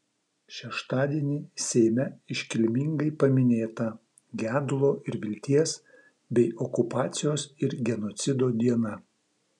šeštadienį seime iškilmingai paminėta gedulo ir vilties bei okupacijos ir genocido diena